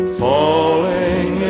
falling